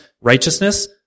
righteousness